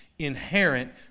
Inherent